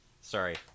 Sorry